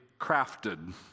crafted